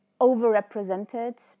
overrepresented